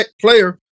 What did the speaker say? player